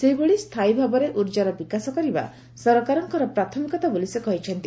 ସେହିଭଳି ସ୍ଥାୟୀ ଭାବରେ ଉର୍ଜାର ବିକାଶ କରିବା ସରକାରଙ୍କର ପ୍ରାଥମିକତା ବୋଲି ସେ କହିଛନ୍ତି